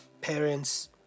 parents